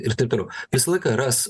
ir taip toliau visą laiką ras